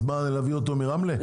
אז מה, להביא אותו מרמלה?